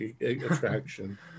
attraction